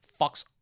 fucks